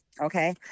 okay